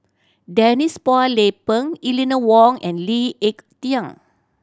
Denise Phua Lay Peng Eleanor Wong and Lee Ek Tieng